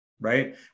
right